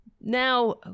now